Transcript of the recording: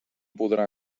podrà